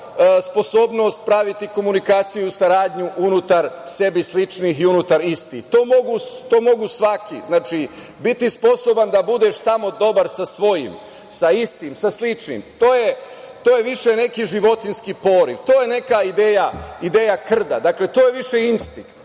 sposobnost praviti komunikaciju i saradnju unutar sebi sličnih i unutar istih. To mogu svaki. Biti sposoban da budeš samo dobar sa svojim, sa istim, sa sličnim, to je više neki životinjski poriv, to je neka ideja krda, dakle to je više instinkt,